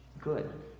good